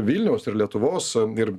vilniaus ir lietuvos ir